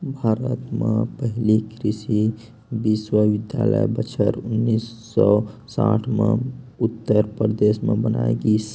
भारत म पहिली कृषि बिस्वबिद्यालय बछर उन्नीस सौ साठ म उत्तर परदेस म बनाए गिस हे